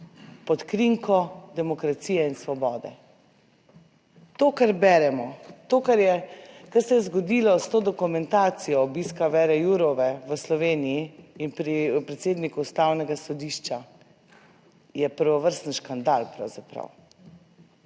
pod krinko demokracije in svobode. To, kar beremo, to kar je, kar se je zgodilo s to dokumentacijo obiska Věre Jourove v Sloveniji in pri predsedniku Ustavnega sodišča, je prvovrsten škandal pravzaprav